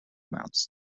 mounts